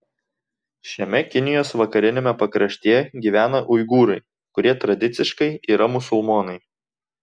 šiame kinijos vakariniame pakraštyje gyvena uigūrai kurie tradiciškai yra musulmonai